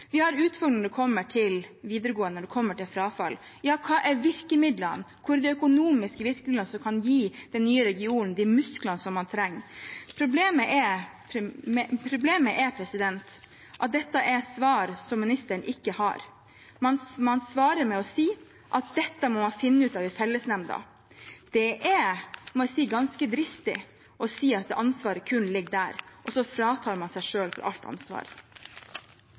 Vi har utfordringer når det gjelder videregående og frafall. Hva er virkemidlene? Hva er de økonomiske virkemidlene som kan gi den nye regionen de musklene den trenger? Problemet er at dette er svar statsråden ikke har. Man svarer med å si at dette må man finne ut av i fellesnemnda. Det er, må jeg si, ganske dristig å si at ansvaret kun ligger der, og så frasi seg selv alt ansvar.